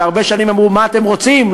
והרבה שנים אמרו: מה אתם רוצים?